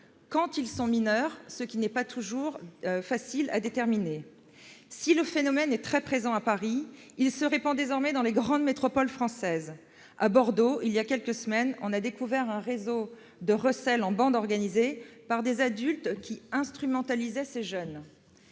lorsqu'ils sont mineurs, ce qui n'est pas toujours facile à déterminer. Si le phénomène est très présent à Paris, il se répand désormais dans les grandes métropoles françaises. À Bordeaux, il y a quelques semaines, on a découvert un réseau de recel en bande organisée dirigé par des adultes qui instrumentalisaient de tels jeunes.